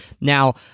Now